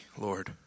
Lord